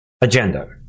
agenda